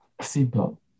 simple